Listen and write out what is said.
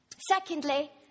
Secondly